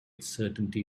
certainty